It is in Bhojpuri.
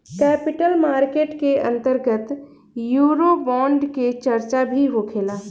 कैपिटल मार्केट के अंतर्गत यूरोबोंड के चार्चा भी होखेला